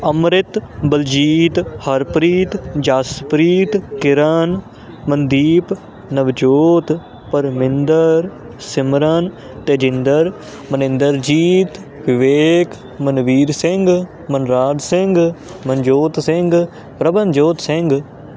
Amrit Baljit Harpreet Jaspreet Kiran Mandeep Navjot Parminder Simran Tejinder Maninderjit Vivek Manveer Singh Manraj Singh Manjot Singh Ravanjot Singh